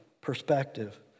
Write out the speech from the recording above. perspective